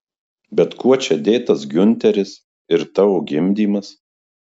bet kuo čia dėtas giunteris ir tavo gimdymas